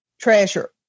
treasure